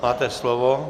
Máte slovo.